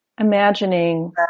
Imagining